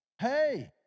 Hey